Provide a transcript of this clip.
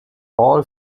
all